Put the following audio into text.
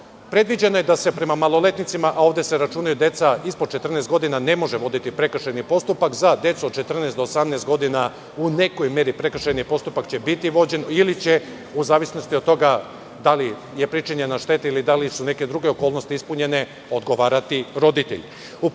predviđeno je da se prema maloletnicima, a ovde se računaju deca ispod 14 godina, ne može voditi prekršajni postupak, za decu od 14 do 18 godina, u nekoj meri prekršajni postupak će biti vođen, ili će u zavisnosti od toga da li je pričinjena šteta ili da li su neke druge okolnosti ispunjene, odgovarati roditelji.U